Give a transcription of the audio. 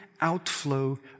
outflow